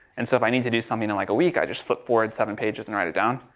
and so if i need to do something in like a week, i just flip forward seven pages and write it down,